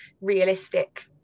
realistic